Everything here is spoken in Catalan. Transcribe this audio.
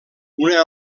una